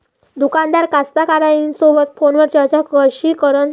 दुकानदार कास्तकाराइसोबत फोनवर चर्चा कशी करन?